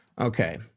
Okay